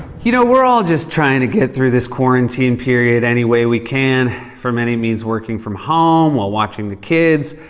you know, we're all just trying to get through this quarantine period any way we can. for many, it means working from home while watching the kids.